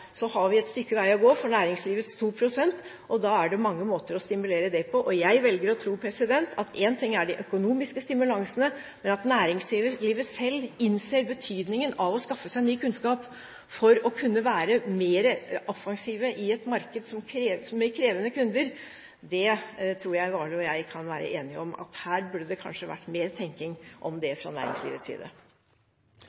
Så har vi et stykke vei å gå når det gjelder næringslivets 2 pst., og da er det mange måter å stimulere det på. Jeg velger å tro at én ting er de økonomiske stimulansene, men at næringslivet selv innser betydningen av å skaffe seg ny kunnskap for å kunne være mer offensive i et marked med krevende kunder. Jeg tror at Warloe og jeg kan være enige om at det kanskje burde vært flere tanker om dette fra næringslivets side. Det